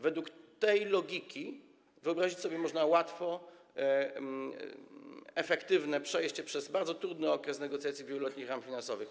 Według tej logiki wyobrazić sobie można łatwo efektywne przejście przez bardzo trudny okres negocjacji dotyczących wieloletnich ram finansowych.